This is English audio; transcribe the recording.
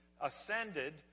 ascended